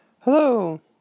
hello